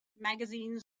magazines